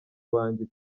wanjye